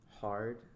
hard